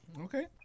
Okay